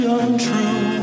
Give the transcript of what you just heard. untrue